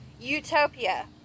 Utopia